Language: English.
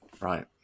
right